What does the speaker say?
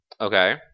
Okay